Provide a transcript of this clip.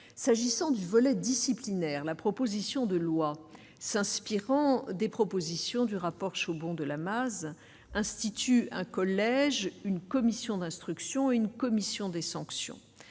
S'agissant du volet disciplinaire, la proposition de loi s'inspirant des propositions du rapport chaud bon de Lamaze institut un collège une commission d'instruction une commission des sanctions,